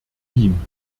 wien